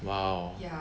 !wow!